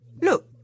Look